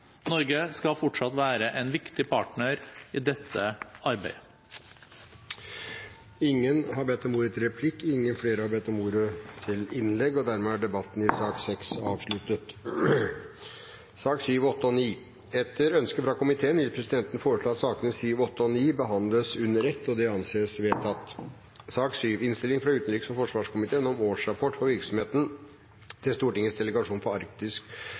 Norge skal fortsatt være en viktig partner i dette arbeidet. Flere har ikke bedt om ordet til sak nr. 6. Etter ønske fra utenriks- og forsvarskomiteen vil presidenten foreslå at sakene nr. 7, 8 og 9 behandles under ett – og det anses vedtatt. Etter ønske fra utenriks- og forsvarskomiteen vil presidenten foreslå at debatten blir begrenset til 1 time og 35 minutter, og